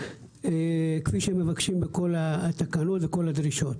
כפי שמבקשים בכל התקנות וכל הדרישות.